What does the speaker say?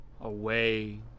away